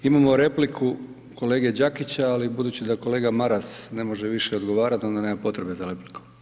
Imamo repliku kolege Đakića, ali budući da kolega Maras ne može više odgovarat, onda nema potrebe za replikom.